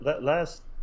last